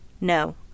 No